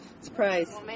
surprise